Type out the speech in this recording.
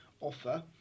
offer